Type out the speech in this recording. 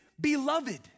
beloved